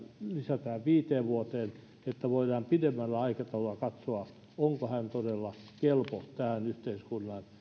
lisätään viiteen vuoteen niin että voidaan pidemmällä aikataululla katsoa onko hän todella kelpo tähän yhteiskuntaan